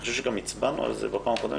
אני חושב שהצבענו על זה בפעם הקודמת,